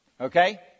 Okay